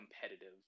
competitive